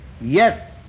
yes